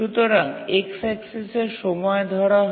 সুতরাং x - এক্সিসে সময় ধরা হয়